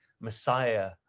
Messiah